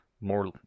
more